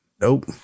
Nope